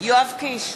יואב קיש,